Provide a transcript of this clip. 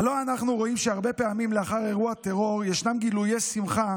הלוא אנחנו רואים שהרבה פעמים לאחר אירוע טרור ישנם גילויי שמחה